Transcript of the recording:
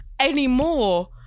Anymore